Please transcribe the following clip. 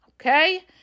Okay